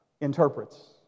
interprets